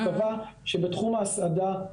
קבע שבתחום ההסעדה,